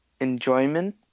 Enjoyment